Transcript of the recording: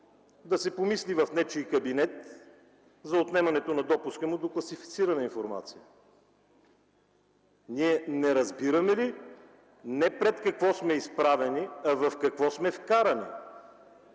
да се помисли в нечий кабинет за отнемането на допуска му до класифицирана информация? Ние не разбираме ли не пред какво сме изправени, а в какво сме вкарани?